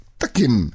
takin